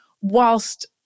whilst